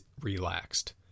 relaxed